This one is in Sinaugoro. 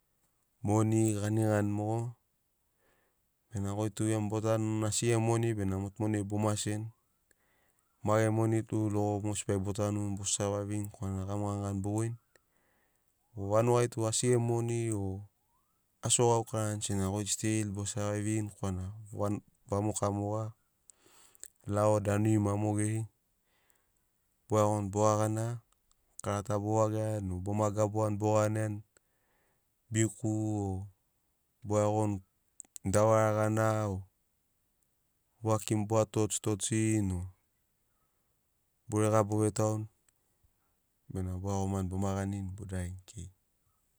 Moni ganigani mogo bena goi tu gemu bo tanuni as gemu moni bena motu monai bo maseni ma gemu moni tu logo mosbi ai bo tanuni bo savaivini korana gamu ganigani bo voini o vanugai tu asi gemu moni o asio gaukarani sena goi stil bo savaivini korana vamoka moga lao danuri maki mogeri. Bo iagoni boga gana karata bovagiani o boma gabuani bo ganiani biku o bo iagoni kone gana o bo a toch tochini o burega bo vetauni bena bo iagomani bo ma ganini bo daririni kekei